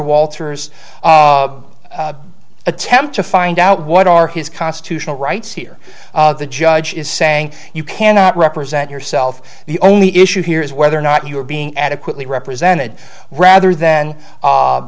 walters attempt to find out what are his constitutional rights here the judge is saying you cannot represent yourself the only issue here is whether or not you are being adequately represented rather than